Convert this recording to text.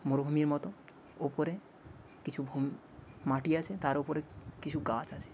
মরুভূমির মতো ওপরে কিছু ভুম মাটি আছে তার ওপরে কিছু গাছ আছে